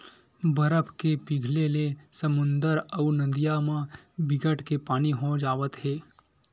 बरफ के पिघले ले समुद्दर अउ नदिया म बिकट के पानी हो जावत हे